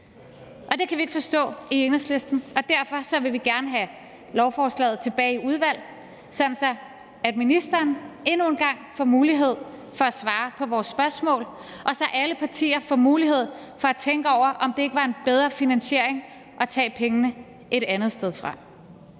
Og det kan vi ikke forstå i Enhedslisten, og derfor vil vi gerne have lovforslaget tilbage i udvalget, sådan at ministeren endnu en gang får mulighed for at svare på vores spørgsmål, og så alle partier får mulighed for at tænke over, om det ikke var en bedre finansiering at tage pengene et andet sted fra.